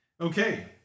Okay